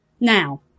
Now